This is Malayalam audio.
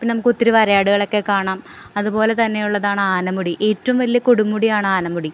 പിന്നെ നമുക്ക് ഒത്തിരി വരയാടുകളെ ഒക്കെ കാണാം അതുപോലെ തന്നെയുള്ളതാണ് ആനമുടി ഏറ്റവും വലിയ കൊടുമുടിയാണ് ആനമുടി